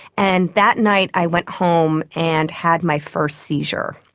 and that night i went home and had my first seizure.